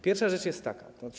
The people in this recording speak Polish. Pierwsza rzecz jest taka.